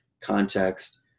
context